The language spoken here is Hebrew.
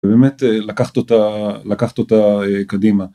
באמת לקחת אותה לקחת אותה קדימה.